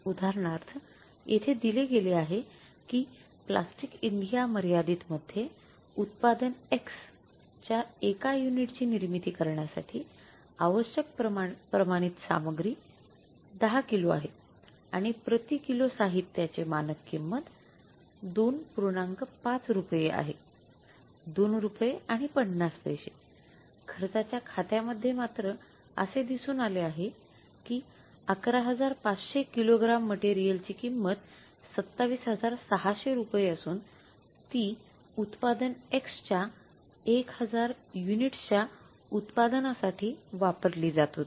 उदाहरणार्थ येथे दिले गेले आहे की प्लास्टिक इंडिया मर्यादित मध्ये उत्पादन एक्स च्या १००० युनिट्सच्या उत्पादनासाठी वापरली जात होती